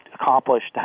accomplished